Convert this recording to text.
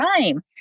time